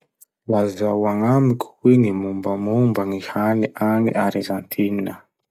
Lazao agnamiko hoe gny mombamomba gny hany agny Arizantinina?